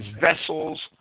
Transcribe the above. vessels